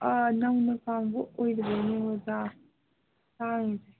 ꯅꯧꯅ ꯀꯥꯏꯕ ꯑꯣꯏꯕꯒꯤꯅꯦ ꯃꯣꯖꯥ ꯇꯥꯡꯉꯤꯁꯦ